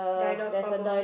dialogue bubble